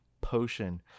potion